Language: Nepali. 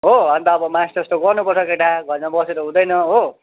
हो अनि त अब मास्टर्स त गर्नुपर्छ केटा घरमा बसेर हुँदैन हो